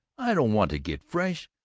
i don't want to get fresh,